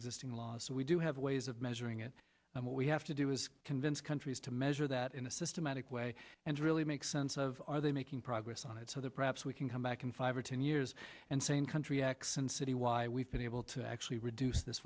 existing laws we do have ways of bring it on what we have to do is convince countries to measure that in a systematic way and really make sense of are they making progress on it so that perhaps we can come back in five or ten years and same country acts in city why we've been able to actually reduce